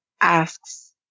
asks